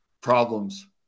problems